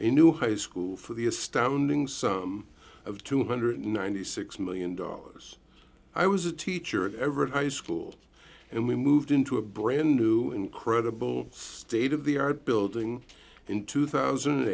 a new high school for the astounding sum of two hundred and ninety six million dollars i was a teacher at everett high school and we moved into a brand new incredible state of the art building in two thousand and